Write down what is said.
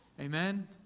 Amen